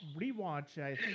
rewatch